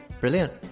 brilliant